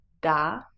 da